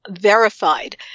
verified